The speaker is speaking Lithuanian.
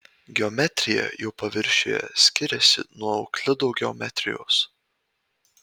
geometrija jo paviršiuje skiriasi nuo euklido geometrijos